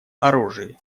оружии